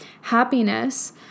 happiness